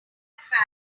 fact